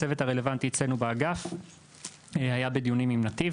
הצוות הרלוונטי אצלנו באגף היה בדיונים עם נתיב